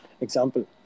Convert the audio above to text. example